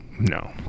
No